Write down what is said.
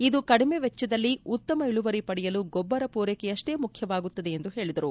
ಇದು ಕಡಿಮೆ ವೆಚ್ಚದಲ್ಲಿ ಉತ್ತಮ ಇಳುವರಿ ಪಡೆಯಲು ಗೊಬ್ಬರ ಮೂರೈಕೆಯಪ್ಪೆ ಮುಖ್ಯವಾಗುತ್ತದೆ ಎಂದು ಹೇಳಿದರು